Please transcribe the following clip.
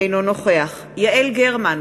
אינו נוכח יעל גרמן,